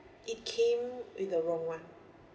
it came with the wrong one